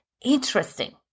interesting